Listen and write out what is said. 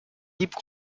libre